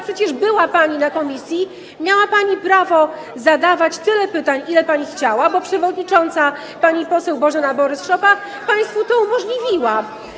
Przecież była pani na posiedzeniu komisji, miała pani prawo zadawać tyle pytań, ile pani chciała, bo przewodnicząca pani poseł Bożena Borys-Szopa państwu to umożliwiła.